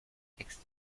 wächst